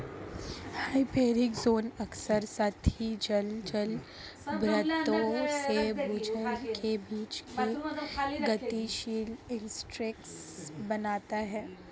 hyporheic zone अक्सर सतही जल जलभृतों से भूजल के बीच एक गतिशील इंटरफ़ेस बनाता है